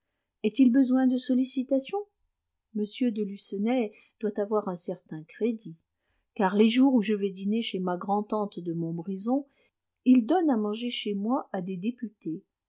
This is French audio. est-il besoin de sollicitations m de lucenay doit avoir un certain crédit car les jours où je vais dîner chez ma grand'tante de montbrison il donne à manger chez moi à des députés